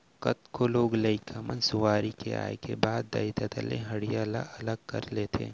कतको लोग लइका मन सुआरी के आए के बाद दाई ददा ले हँड़िया ल अलग कर लेथें